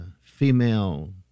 female